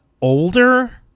older